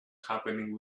happening